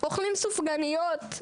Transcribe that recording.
אוכלים סופגניות,